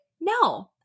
No